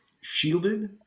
shielded